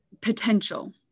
potential